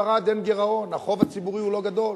בספרד אין גירעון, החוב הציבורי הוא לא גדול.